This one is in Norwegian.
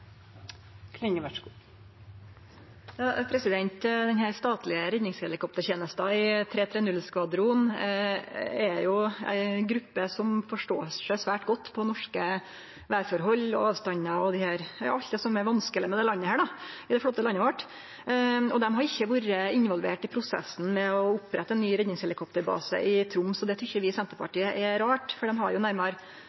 ei gruppe som forstår seg svært godt på norske vêrforhold, avstandar og alt det som er vanskeleg med dette flotte landet vårt. Dei har ikkje vore involverte i prosessen med å opprette ein ny redningshelikopterbase i Troms. Det tykkjer vi